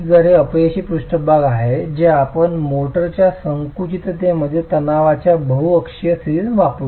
तर हे तो अपयशी पृष्ठभाग आहे जे आपण मोर्टारच्या संकुचिततेमध्ये तणावाच्या बहु अक्षीय स्थितीसाठी वापरू